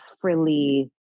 frilly